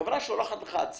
חברה אחת החברות